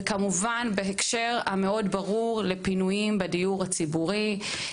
וכמובן בהקשר המאוד ברור לפינויים בדיור הציבורי.